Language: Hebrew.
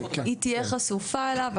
היא תהיה חשופה אליו,